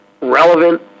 relevant